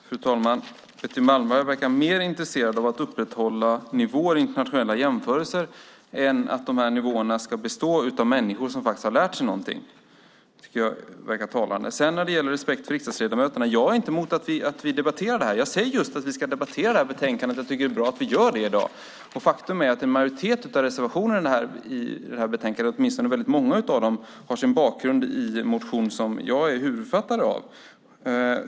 Fru talman! Betty Malmberg verkar vara mer intresserad av att upprätthålla nivåer i internationella jämförelser än att de här nivåerna ska utgöras av människor som faktiskt har lärt sig någonting. Det tycker jag är talande. När det gäller respekt för riksdagsledamöterna är jag inte emot att vi debatterar det här. Jag säger just att vi ska debattera det här betänkandet och att jag tycker att det är bra att vi gör det i dag. Faktum är att en majoritet av reservationerna i betänkandet, åtminstone väldigt många av dem, har sin bakgrund i en motion som jag är huvudförfattare till.